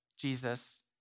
Jesus